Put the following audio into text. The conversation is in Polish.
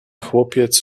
chłopiec